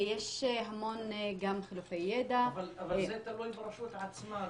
יש המון חילופי ידע --- אבל זה תלוי ברשות עצמה.